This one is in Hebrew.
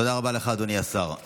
תודה רבה לך, אדוני השר.